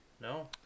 No